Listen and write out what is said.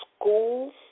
school